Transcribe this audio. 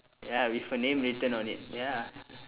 ya with her name written on it ya